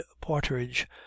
partridge